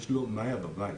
יש לו מאיה בבית.